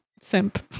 simp